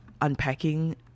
unpacking